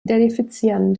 identifizieren